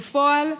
בפועל,